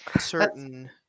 certain